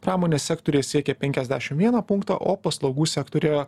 pramonės sektoriuje siekė penkiasdešim vieną punktą o paslaugų sektoriuje